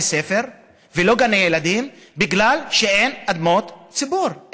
ספר ולא גני ילדים בגלל שאין אדמות ציבור,